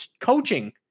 coaching